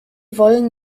wollen